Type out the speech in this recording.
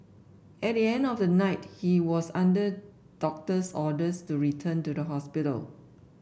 at the end of the night he was under doctor's orders to return to the hospital